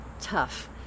tough